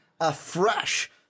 afresh